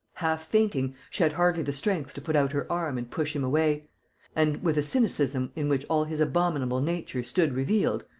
half-fainting, she had hardly the strength to put out her arm and push him away and, with a cynicism in which all his abominable nature stood revealed,